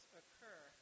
occur